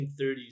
1930s